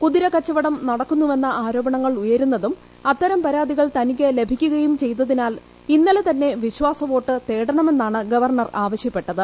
കുതിരക്കച്ചവടം നടക്കുന്നുവെന്ന ആരോപണങ്ങൾ ഉയരുന്നതും അത്തരം പരാതികൾ തനിക്ക് ലഭിക്കുകയും ചെയ്തതിനാൽ ഇന്നലെ തന്നെ വിശ്വാസ വോട്ട് തേടണമെന്നാണ് ഗവർണർ ആവശ്യപ്പെട്ടത്